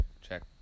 check